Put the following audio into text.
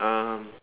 um